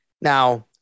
Now